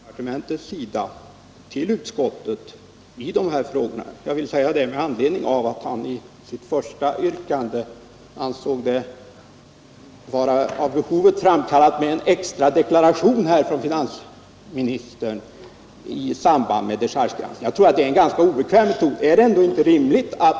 Herr talman! Med anledning av det sista som herr Molin anförde vill jag säga att vi i utskottet har fått en fullständigt öppen redovisning från finansdepartementet i dessa frågor. Jag har velat säga det därför att herr Molin i sitt första anförande sade att han ansåg det vara av behovet påkallat med en extra deklaration från finansministern i samband med dechargen. Det tycker jag är en ganska obekväm metod.